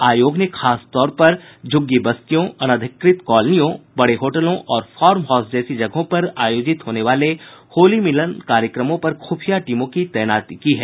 आयोग ने खास तौर पर झुग्गी बस्तियों अनधिकृत कॉलोनियों बड़े होटलों और फार्म हाउस जैसी जगहों पर आयोजित होने वाले होली मिलन कार्यक्रमों पर खुफिया टीमों की तैनाती की है